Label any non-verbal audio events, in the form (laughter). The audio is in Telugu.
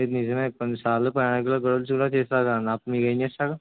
ఇది నిజమే కొన్ని సార్లు ప్రయానికులు (unintelligible) కూడా చేస్తారు అన్నా అప్పుడు మీరు ఏం చేస్తారు